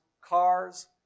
cars